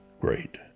great